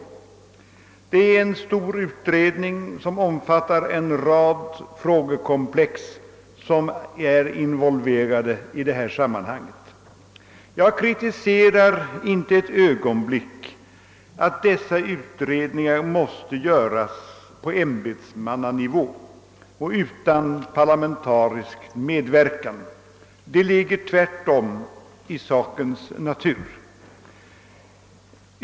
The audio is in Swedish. Det är en stor utredning, omfattande en rad frågekomplex, som är involverade i detta sammanhang. Jag kritiserar inte ett ögonblick att dessa utredningar måste göras på ämbetsmannanivå och utan parlamentarisk medverkan. Det ligger tvärtom i sakens natur.